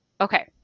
Okay